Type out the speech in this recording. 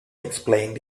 explained